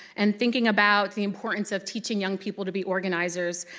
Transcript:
and thinking about the importance of teaching young people to be organizers,